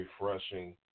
refreshing